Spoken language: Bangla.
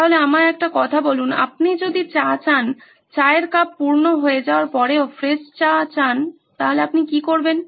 তাহলে আমায় একটা কথা বলুন আপনি যদি চা চান চায়ের কাপ পূর্ণ হয়ে যাওয়ার পরও ফ্রেশ চা চান আপনি কি করবেন